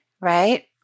right